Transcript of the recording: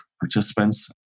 participants